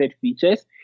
features